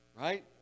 Right